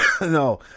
no